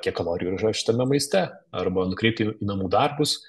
kiek kalorijų yra šitame maiste arba nukreipti į namų darbus